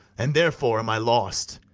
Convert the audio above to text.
and therefore am i lost.